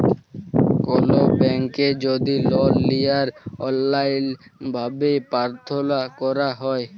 call ব্যাংকে যদি লল লিয়ার অললাইল ভাবে পার্থলা ক্যরা হ্যয়